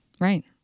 Right